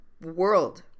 world